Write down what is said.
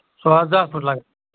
ساڑ داہ فُٹ لَگن